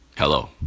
Hello